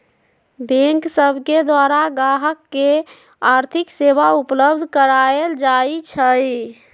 bank सब के द्वारा गाहक के आर्थिक सेवा उपलब्ध कराएल जाइ छइ